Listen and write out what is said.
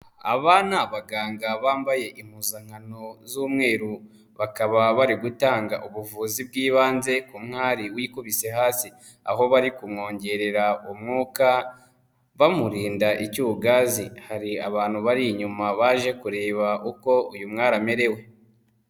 Aba ni abaganga bambaye impuzankano z'umweru, bakaba bari gutanga ubuvuzi bw'ibanze ku mwari wikubise hasi, aho bari kumwongerera umwuka bamurinda icyugazi, hari abantu bari inyuma baje kureba uko uyu mwari amerewe.